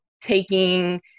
taking